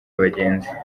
abagenzi